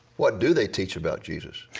what do they teach about jesus?